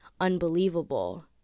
unbelievable